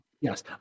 yes